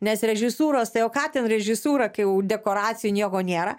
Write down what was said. nes režisūros tai o ką ten režisūra kai jau dekoracijų nieko nėra